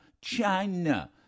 China